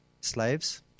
slaves